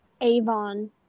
Avon